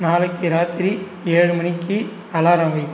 நாளைக்கு ராத்திரி ஏழு மணிக்கு அலாரம் வை